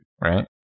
right